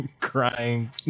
Crying